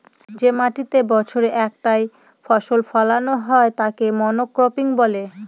যে মাটিতেতে বছরে একটাই ফসল ফোলানো হয় তাকে মনোক্রপিং বলে